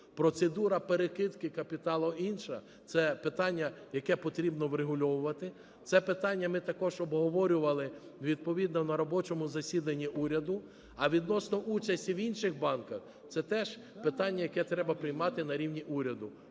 Процедура перекидки капіталу інша. Це питання, яке потрібно врегульовувати. Це питання ми також обговорювали, відповідно, на робочому засіданні уряду. А відносно участі в інших банках, це теж питання, яке треба приймати на рівні уряду.